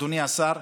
אדוני השר,